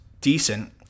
decent